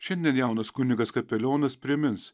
šiandien jaunas kunigas kapelionas primins